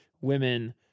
women